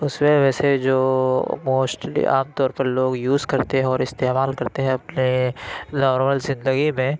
اُس میں ویسے جو موسٹلی عام طور پر لوگ یوز کرتے ہیں اور استعمال کرتے ہیں اپنے نارمل زندگی میں